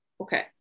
Okay